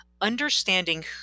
understanding